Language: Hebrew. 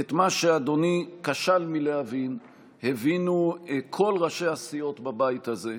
את מה שאדוני כשל מלהבין הבינו כל ראשי הסיעות בבית הזה,